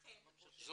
לכן --- זה